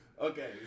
Okay